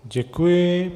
Děkuji.